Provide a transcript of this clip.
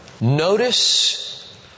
Notice